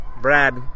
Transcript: Brad